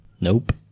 Nope